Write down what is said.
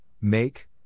make